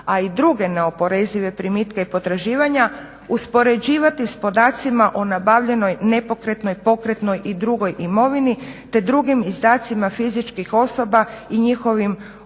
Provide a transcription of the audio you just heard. a i druge neoporezive primitke i potraživanja uspoređivati sa podacima o nabavljenoj nepokretnoj i pokretnoj i drugoj imovini, te drugim izdacima fizičkim osobama i njihovim obvezama